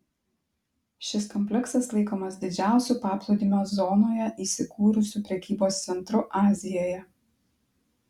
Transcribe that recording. šis kompleksas laikomas didžiausiu paplūdimio zonoje įsikūrusiu prekybos centru azijoje